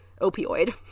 opioid